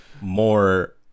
more